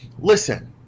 listen